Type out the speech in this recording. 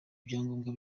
ibyangombwa